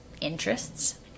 interests